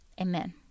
Amen